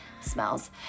smells